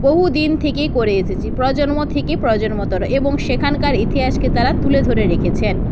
বহু দিন থেকেই করে এসেছে প্রজন্ম থেকে প্রজন্মতর এবং সেখানকার ইতিহাসকে তারা তুলে ধরে রেখেছেন